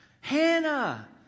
Hannah